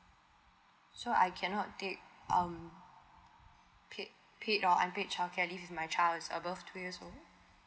so I cannot take um paid paid or unpaid childcare leave my child is above two years old